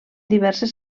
diverses